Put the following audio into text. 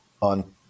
on